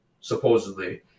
supposedly